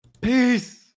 Peace